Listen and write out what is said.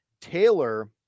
Taylor